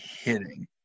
hitting